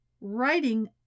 writing